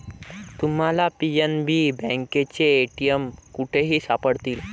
तुम्हाला पी.एन.बी बँकेचे ए.टी.एम कुठेही सापडतील